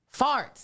farts